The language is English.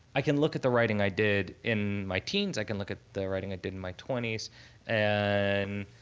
i can look at the writing i did in my teens, i can look at the writing i did in my twenty s, and